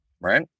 right